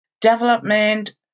development